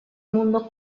mundo